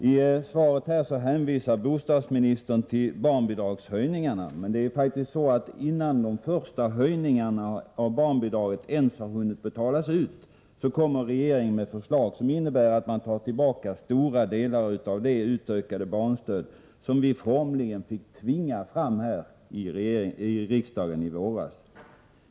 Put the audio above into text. I svaret hänvisar bostadsministern till barnbidragshöjningarna, men det är faktiskt så att regeringen innan det första höjda barnbidraget har hunnit betalas ut kommer med ett förslag som innebär att man tar tillbaka stora delar av det barnstöd som vi formligen fick tvinga fram i riksdagen i våras.